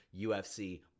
UFC